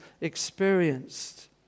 experienced